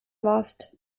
warst